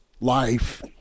life